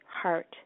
heart